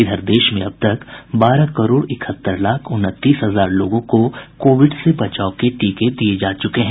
इधर देश में अब तक बारह करोड़ इकहत्तर लाख उनतीस हजार लोगों को कोविड से बचाव के टीके दिये जा चुके हैं